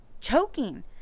choking